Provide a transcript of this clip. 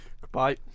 Goodbye